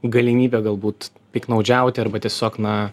galimybe galbūt piknaudžiauti arba tiesiog na